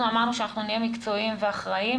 אמרנו שאנחנו נהיה מקצועיים ואחראים